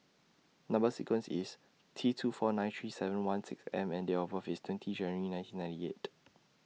Number sequence IS T two four nine three seven one six M and Date of birth IS twenty January nineteen ninety eight